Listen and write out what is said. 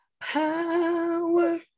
power